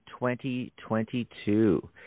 2022